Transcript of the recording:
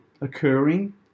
occurring